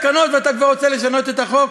כנסת ישראל קיבלה אותו.